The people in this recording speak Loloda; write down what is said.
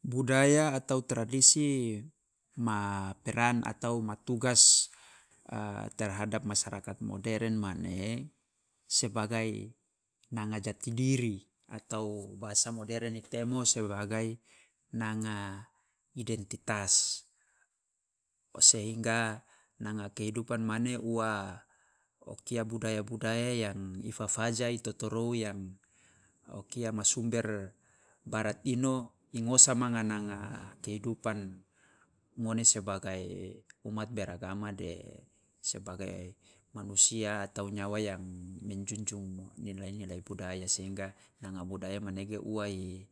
Budaya atau tradisi ma peran atau ma tugas a terhhadap masyarakat modern mane sebagai nanga jati diri, atau bahasa modern i temo sebagai nanga identitas, o sehingga nanga kehidupan mane ua o budaya budaya yang fafaja i totorou yang o kia ma sumber barat ino ingosa manga nanga kehidupan ngone sebagai umat beragama de sebagai manusia atau nyawa yang menjunjung nilai nilai budaya sehingga nanga budaya manege ua i